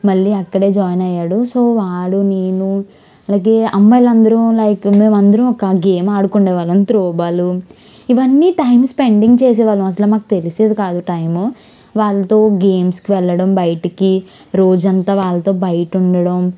మళ్ళీ అక్కడ జాయిన్ అయ్యాడు సో వాడు నేను అలాగే అమ్మాయిలు అందరు లైక్ మేము అందరం ఒక గేమ్ ఆడుకునే వాళ్ళం త్రో బాల్ ఇవన్నీటైమ్ స్పెండింగ్ చేసే వాళ్ళం అసలు మాకు తెలిసేది కాదు టైమ్ వాళ్ళతో గేమ్స్కు వెళ్ళడం బయటికి రోజంతా వాళ్ళతో బయట ఉండడం